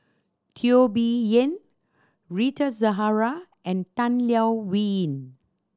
Teo Bee Yen Rita Zahara and Tan Leo Wee Hin